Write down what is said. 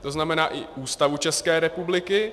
To znamená i Ústavu České republiky.